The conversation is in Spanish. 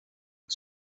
las